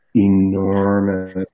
enormous